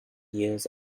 years